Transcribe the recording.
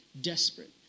desperate